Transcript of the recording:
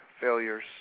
failures